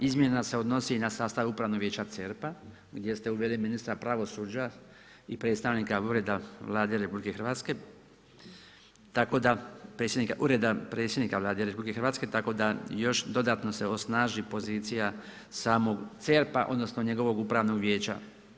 Izmjena se odnosi na sastav upravnog vijeća CERP-a gdje ste uveli ministra pravosuđa i predstavnika Ureda Vlade RH tako da predsjednik Ureda predsjednika Vlade RH, tako da još dodatno se osnaži pozicija samog CERP-a odnosno njegovog upravnog vijeća.